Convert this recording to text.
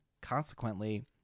consequently